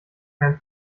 kein